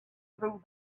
through